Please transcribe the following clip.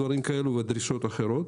דברים כאלה ודרישות אחרות.